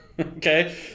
okay